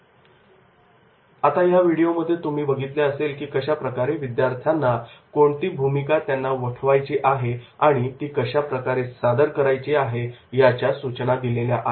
video इथे संपतो आता ह्या एका व्हिडिओमध्ये तुम्ही बघितले असेल की कशा प्रकारे विद्यार्थ्यांना कोणती भूमिका त्यांना वठवायची आहे आणि ती कशा प्रकारे सादर करायची आहे याच्या सूचना दिलेल्या आहेत